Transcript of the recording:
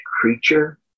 creature